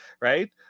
right